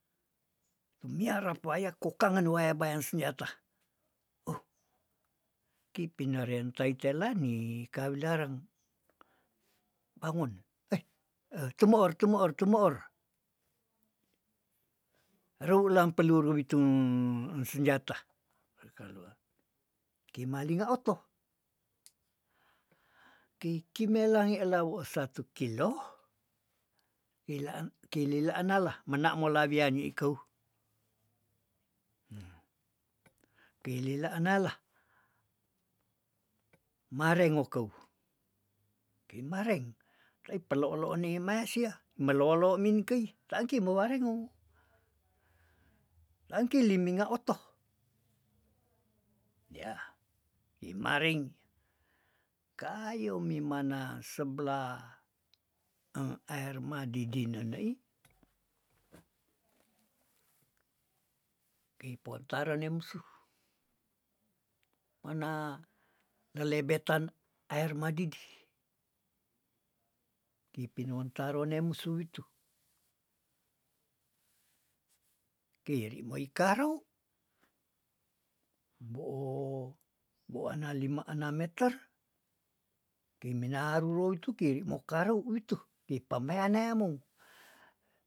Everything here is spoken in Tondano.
Miarab paya kokangen waya bayan senjata oh, ki pinarentai tela ni kawilarang bangon eh tumoor- tumoor- tumoor roulang peluru witung engsenjata, kimalinga oto kei kimelange lawosatu kilo keilaan keilila anala mena mola wiani ikou, keilila anala mare ngokeu, kei mareng rei pelolonei mae sia melolomin kei tangki mowarengou tangki liminga oto, yah ni marengi kayo mimana seblah aermadidi nenei, kei potare ne musuh, mana nelebetan aermadidi kei pinon taro ne musuh itu, kei rimoikarou mboo- mbo ana lima anam meter kei mina rurou itu keiri mokarou wuitu pi pemea neamou.